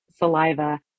saliva